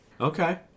Okay